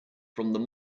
from